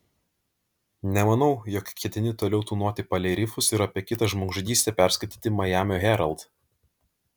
nemanau jog ketini toliau tūnoti palei rifus ir apie kitą žmogžudystę perskaityti majamio herald